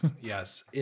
Yes